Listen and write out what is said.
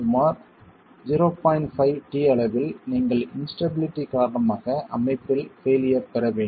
5 t அளவில் நீங்கள் instability காரணமாக அமைப்பில் ஃபெயிலியர் பெற வேண்டும்